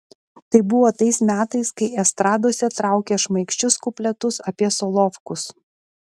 tai buvo tais metais kai estradose traukė šmaikščius kupletus apie solovkus